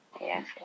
Yes